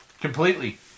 Completely